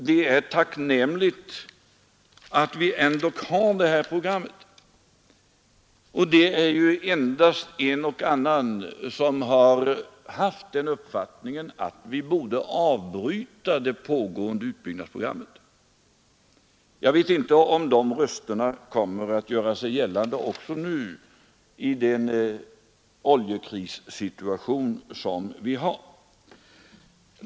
Det är tacknämligt att vi har det här programmet. Bara en och annan har haft den uppfattningen att vi borde avbryta det pågående utbyggnadsprogrammet. Jag vet inte om de rösterna kommer att göra sig gällande också nu i den oljekrissituation som vi har.